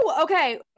Okay